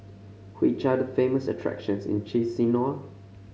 which are the famous attractions in Chisinau